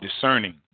discerning